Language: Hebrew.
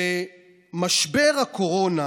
שמשבר הקורונה